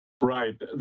Right